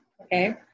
Okay